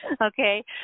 Okay